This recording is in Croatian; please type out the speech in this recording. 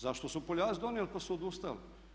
Zašto su Poljaci donijeli pa su odustali?